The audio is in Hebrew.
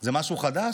זה משהו חדש?